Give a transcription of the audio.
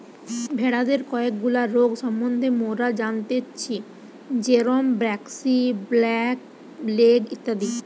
ভেড়াদের কয়েকগুলা রোগ সম্বন্ধে মোরা জানতেচ্ছি যেরম ব্র্যাক্সি, ব্ল্যাক লেগ ইত্যাদি